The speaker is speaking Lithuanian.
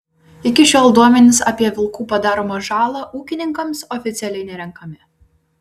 iki šiol duomenys apie vilkų padaromą žalą ūkininkams oficialiai nerenkami